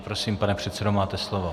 Prosím, pane předsedo, máte slovo.